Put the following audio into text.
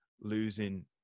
losing